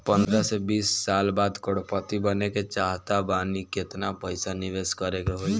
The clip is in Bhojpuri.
पंद्रह से बीस साल बाद करोड़ पति बने के चाहता बानी केतना पइसा निवेस करे के होई?